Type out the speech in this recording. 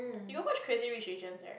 you got watch Crazy Rich Asian right